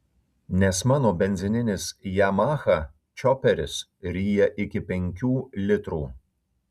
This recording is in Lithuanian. nes mano benzininis yamaha čioperis ryja iki penkių litrų